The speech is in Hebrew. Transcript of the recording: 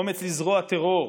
אומץ לזרוע טרור,